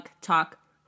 talk